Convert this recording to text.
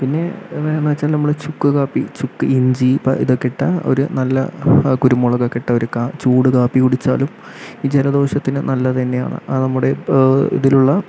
പിന്നെ എന്ന് വെച്ചാൽ നമ്മുടെ ചുക്ക് കാപ്പി ചുക്ക് ഇഞ്ചി ഇപ്പൊ ഇതൊക്കെ ഇട്ട ഒരു നല്ല കുരുമുളക് ഒക്കെ ഇട്ട ക ചൂട് കാപ്പി കുടിച്ചാലും ഈ ജലദോഷത്തിന് നല്ലത് തന്നെയാണ് അത് നമ്മുടെ ഇതിലുള്ള